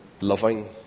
loving